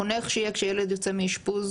חונך שיהיה כשילד יוצא מאשפוז,